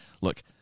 look